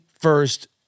First